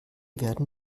werden